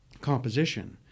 composition